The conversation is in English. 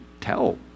tell